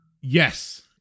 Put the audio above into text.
Yes